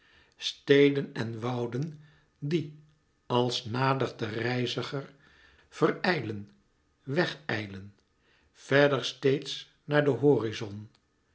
steden en wouden die als nadert de reiziger verijlen wèg ijlen verder steeds naar den horizon